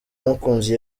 mukunzi